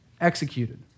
executed